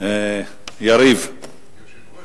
יושב-ראש